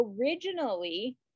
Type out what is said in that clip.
originally